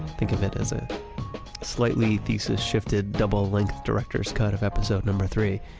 think of it as a slightly thesis-shifted double-length director's cut of episode number three.